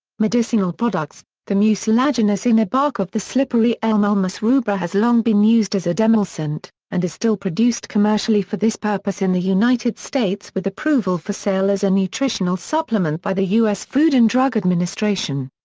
medicinal products the mucilaginous inner bark of the slippery elm ulmus rubra has long been used as a demulcent, and is still produced commercially for this purpose in the united states with approval for sale as a nutritional supplement by the u s. food and drug administration.